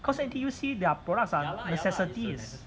cause N_T_U_C their products are necessities